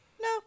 no